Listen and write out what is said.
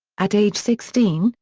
at age sixteen,